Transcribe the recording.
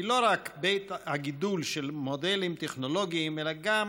היא בית הגידול לא רק של מודלים טכנולוגיים אלא גם